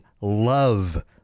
love